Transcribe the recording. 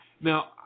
Now